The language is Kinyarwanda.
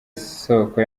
soko